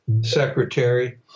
secretary